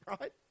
Right